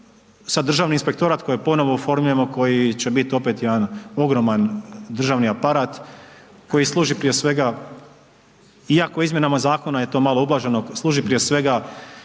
sad Državni inspektorat koji ponovno oformljujemo, koji će bit opet jedan ogroman državni aparat koji služi prije svega, iako je izmjenama zakona je to malo ublaženo, služi prije svega